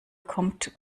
kommt